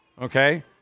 Okay